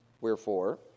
Wherefore